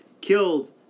killed